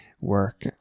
work